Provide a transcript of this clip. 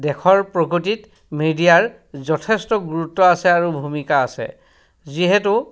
দেশৰ প্ৰগতিত মিডিয়াৰ যথেষ্ট গুৰুত্ব আছে আৰু ভূমিকা আছে যিহেতু